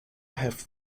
have